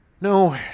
no